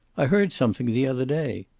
i heard something the other day.